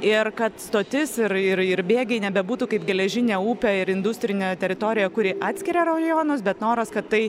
ir kad stotis ir ir ir bėgiai nebebūtų kaip geležinė upė ir industrinė teritorija kuri atskiria rajonus bet noras kad tai